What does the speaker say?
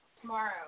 tomorrow